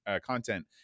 content